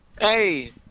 Hey